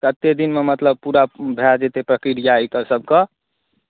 कतेक दिनमे मतलब पूरा भए जेतै प्रक्रिया एकर सभके